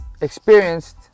experienced